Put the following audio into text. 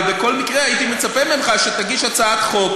אבל בכל מקרה הייתי מצפה ממך שתגיש הצעת חוק